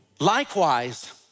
Likewise